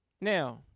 Now